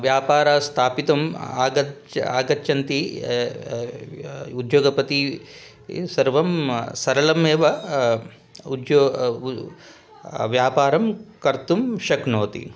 व्यापारं स्थापितुम् आगच्छन्ति आगच्छन्ति उद्योगपतिः सर्वं सरलमेव उद्योगं व्यापारं कर्तुं शक्नोति